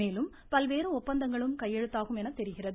மேலும் பல்வேறு ஒப்பந்தங்களும் கையெழுத்தாகும் என தெரிகிறது